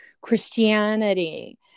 Christianity